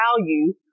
value